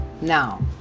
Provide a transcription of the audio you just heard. Now